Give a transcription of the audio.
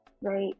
right